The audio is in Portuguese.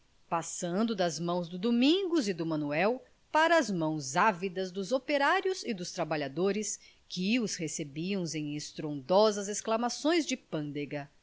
passando das mãos do domingos e do manuel para as mãos ávidas dos operários e dos trabalhadores que os recebiam com estrondosas exclamações de pândega